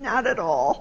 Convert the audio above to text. not at all